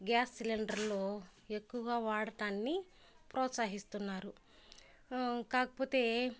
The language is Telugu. గ్యాస్ సిలిండర్ను ఎక్కువుగా వాడటాన్ని ప్రోత్సహిస్తున్నారు కాకపోతే